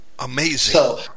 Amazing